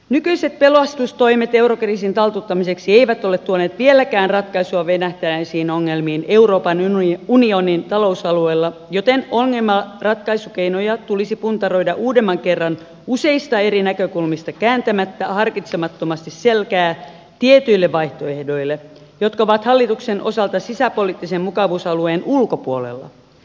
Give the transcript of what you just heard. nykyiset pelastustoimet eurokriisin taltuttamiseksi eivät ole tuoneet vieläkään ratkaisua venähtäneisiin ongelmiin euroopan unionin talousalueella joten ongelmanratkaisukeinoja tulisi puntaroida uudemman kerran useista eri näkökulmista kääntämättä harkitsemattomasti selkää tietyille vaihtoehdoille jotka ovat hallituksen osalta sisäpoliittisen mukavuusalueen ulkopuolella